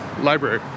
library